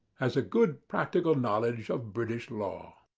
has a good practical knowledge of british law.